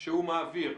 שהוא מעביר.